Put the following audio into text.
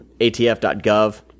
ATF.gov